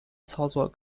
操作